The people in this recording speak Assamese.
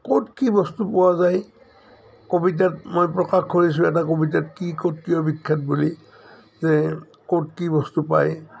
ক'ত কি বস্তু পোৱা যায় কবিতাত মই প্ৰকাশ কৰিছোঁ এটা কবিতাত কি ক'ত কিয় বিখ্যাত বুলি যে ক'ত কি বস্তু পায়